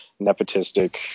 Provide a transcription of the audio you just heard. nepotistic